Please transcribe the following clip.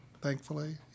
thankfully